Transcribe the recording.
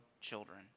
children